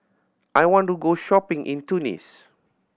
I want to go shopping in Tunis